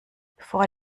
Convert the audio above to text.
bevor